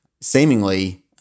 Seemingly